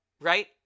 Right